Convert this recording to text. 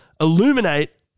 illuminate